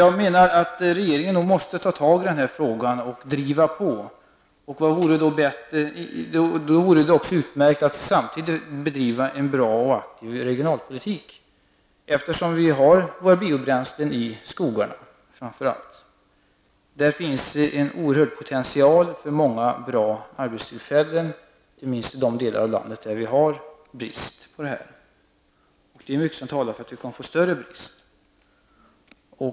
Jag menar därför att regeringen nog måste ta tag i den här frågan och driva på. Det vore då utmärkt att samtidigt bedriva en bra och aktiv regionalpolitik, eftersom vi framför allt har våra biobränslen i skogarna. Där finns en oerhörd potential för många bra arbetstillfällen, och det gäller inte minst de delar av landet där det nu råder brist på arbeten. Mycket talar också för att bristen kan komma att bli större.